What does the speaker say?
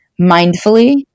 mindfully